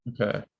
okay